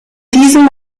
diesem